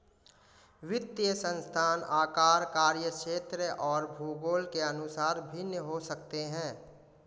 वित्तीय संस्थान आकार, कार्यक्षेत्र और भूगोल के अनुसार भिन्न हो सकते हैं